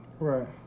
Right